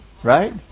Right